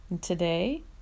today